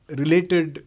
related